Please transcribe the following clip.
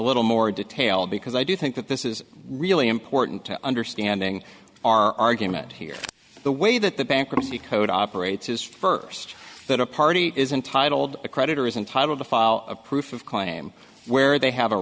little more detail because i do think that this is really important to understanding our argument here the way that the bankruptcy code operates is first that a party is entitled a creditor is entitled to file a proof of claim where they have a